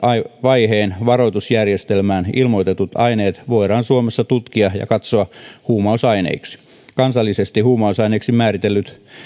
vaiheen varoitusjärjestelmään ilmoitetut aineet voidaan suomessa tutkia ja katsoa huumausaineiksi kansallisesti huumausaineiksi määritellyt